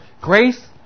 grace